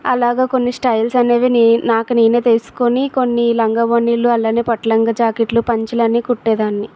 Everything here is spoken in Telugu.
అలాగ కొన్ని స్టైల్స్ అనేవి నే నాకు నేను తెలుసుకొని కొన్ని లంగా ఓణిలు అలాగే పట్టు లంగా జాకెట్లు పంచలు అన్నీ కుట్టేదాన్ని